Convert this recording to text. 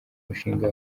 mushinga